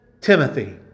Timothy